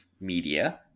Media